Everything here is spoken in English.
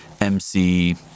MC